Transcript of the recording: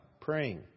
praying